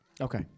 Okay